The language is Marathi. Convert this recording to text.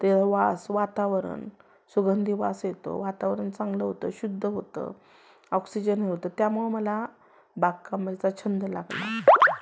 तेआ वास वातावरण सुगंधी वास येतो वातावरण चांगलं होतं शुद्ध होतं ऑक्सिजनमय होतं त्यामुळं मला बागकामाचा छंद लाग